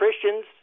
Christians